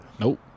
Nope